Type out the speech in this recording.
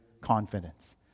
confidence